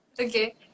Okay